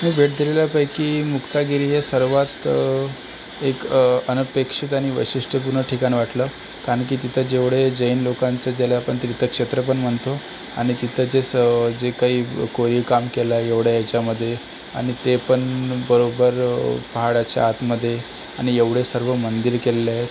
मी भेट दिलेल्यापैकी मुक्तागिरी हे सर्वात एक अनपेक्षित आणि वैशिष्ट्यपूर्ण ठिकाण वाटलं कारण की तिथं जेवढे जैन लोकांचे ज्याला आपण तीर्थक्षेत्र पण म्हणतो आणि तिथं जे स जे काही कोरीव काम केलं आहे एवढं याच्यामध्ये आणि ते पण बरोबर पहाडाच्या आतमध्ये आणि एवढं सर्व मंदिर केलेलं आहे